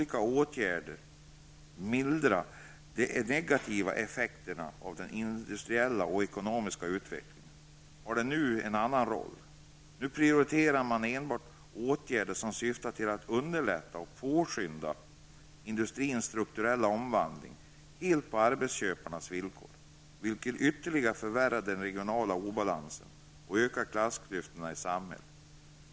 Tidigare fördes en arbetsmarknadspolitik för att mildra de negativa effekterna av den industriella och ekonomiska utvecklingen. Nu prioriterar man enbart åtgärder som syftar till att underlätta och påskynda industrins strukturella omvandling helt på arbetsköparnas villkor, vilket ytterligare förvärrar den regionala obalansen och ökar klassklyftorna i samhället.